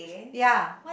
ya